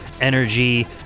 energy